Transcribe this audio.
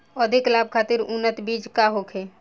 अधिक लाभ खातिर उन्नत बीज का होखे?